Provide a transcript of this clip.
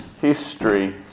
history